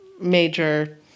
major